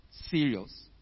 serious